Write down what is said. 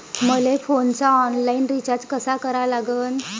मले फोनचा online recharge कसा करा लागन?